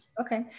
Okay